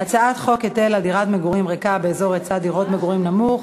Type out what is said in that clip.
הצעת חוק היטל על דירת מגורים ריקה באזור היצע דירות מגורים נמוך,